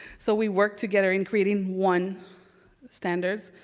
so we worked together in creating one standard.